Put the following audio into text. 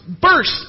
burst